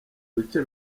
bice